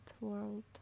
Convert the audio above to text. world